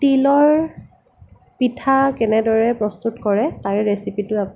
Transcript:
তিলৰ পিঠা কেনেদৰে প্ৰস্তুত কৰে তাৰে ৰেচিপিটো